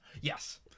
yes